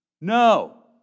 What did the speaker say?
No